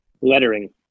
lettering